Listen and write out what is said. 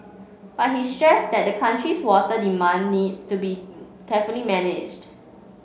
but he stressed that the country's water demand needs to be carefully managed